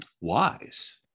wise